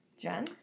Jen